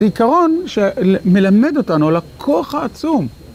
עיקרון שמלמד אותנו על הכוח העצום.